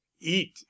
eat